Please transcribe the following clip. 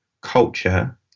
culture